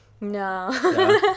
No